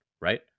right